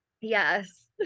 Yes